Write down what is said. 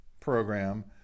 program